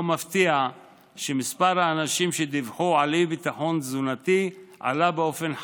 לא מפתיע שמספר האנשים שדיווחו על אי-ביטחון תזונתי עלה באופן חד,